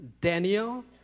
Daniel